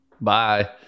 Bye